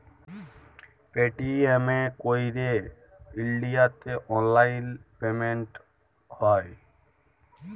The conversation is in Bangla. পেটিএম এ ক্যইরে ইলডিয়াতে অললাইল পেমেল্ট হ্যয়